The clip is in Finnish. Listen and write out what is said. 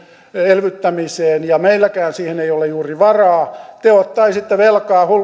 elvyttämiseen ja meilläkään ei ole siihen juuri varaa te ottaisitte velkaa